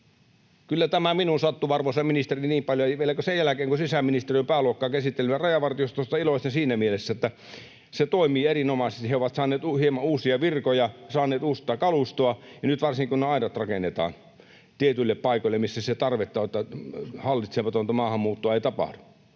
Kyllä tämä minuun sattuu, arvoisa ministeri, niin paljon. Vielä kun sisäministeriön pääluokkaa käsitellään, niin Rajavartiostosta iloitsen siinä mielessä, että se toimii erinomaisesti. He ovat saaneet hieman uusia virkoja ja saaneet uutta kalustoa. Ja nyt iloitsen varsinkin siitä, että ne aidat rakennetaan tietyille paikoille, missä sitä tarvetta on, niin että hallitsematonta maahanmuuttoa ei tapahdu.